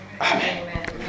Amen